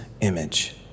image